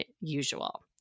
usual